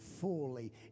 fully